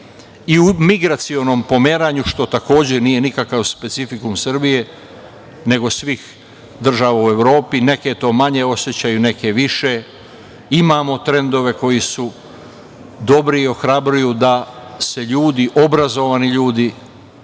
i u migracionom pomeranju, što takođe nije nikakav specifikum Srbije, nego svih država u Evropi, neke to manje osećaju, neke više. Imamo trendove koji su dobri i ohrabruju da se ljudi, obrazovani ljudi